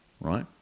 right